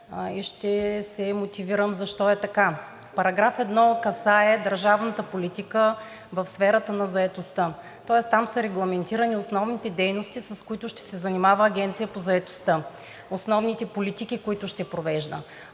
и ще се мотивирам защо е така. Параграф 1 касае държавната политика в сферата на заетостта, тоест там са регламентирани основните дейности, с които ще се занимава Агенцията по заетостта – основните политики, които ще провежда.